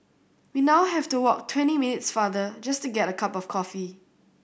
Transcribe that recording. we now have to walk twenty minutes farther just to get a cup of coffee